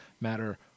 matter